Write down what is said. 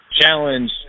challenge